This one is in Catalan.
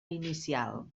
inicial